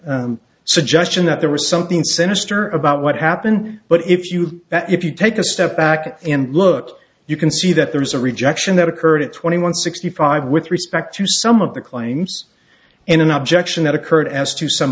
of suggestion that there was something sinister about what happen but if you that if you take a step back and look you can see that there was a rejection that occurred at twenty one sixty five with respect to some of the claims in an objection that occurred as to some